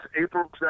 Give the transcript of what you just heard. April